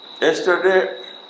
Yesterday